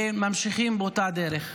וממשיכים באותה דרך.